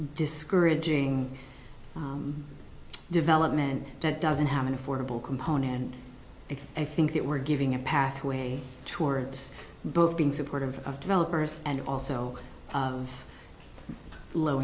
discouraging development that doesn't have an affordable component and i think that we're giving a pathway towards both being supportive of developers and also of low